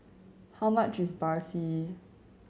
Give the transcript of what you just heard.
how much is Barfi